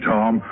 Tom